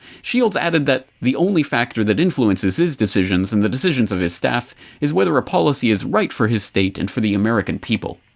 shields added that the only factor that influences his decisions and the decisions of his staff is whether a policy is right for his state and for the american people.